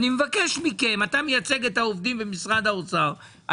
אדוני נציג האוצר,